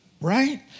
right